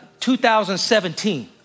2017